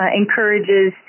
encourages